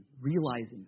realizing